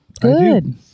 Good